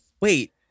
wait